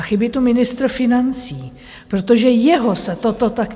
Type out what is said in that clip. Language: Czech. Chybí tu ministr financí, protože jeho se toto tak...